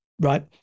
right